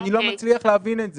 ואני לא מצליח להבין את זה.